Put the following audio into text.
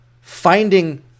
finding